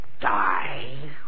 die